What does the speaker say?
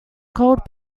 cold